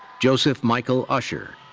joseph michael usher.